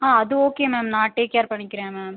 ஆ அது okay ma'am நான் take care பண்ணிக்கிறேன் மேம்